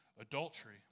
adultery